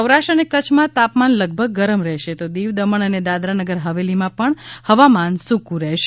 સૌરાષ્ર અને કચ્છમાં તાપમાન લગભગ ગરમ રહેશે તો દીવ દમણ અને દાદરાનગર હવેલીમાં હવામાન સૂક રહેશે